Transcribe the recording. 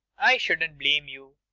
i shouldn't blame you.